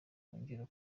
bwongera